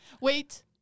Wait